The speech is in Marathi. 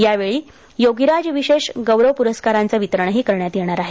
यावेळी योगिराज विशेष गौरव प्रस्कारांचं वितरणही करण्यात येणार आहे